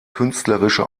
künstlerische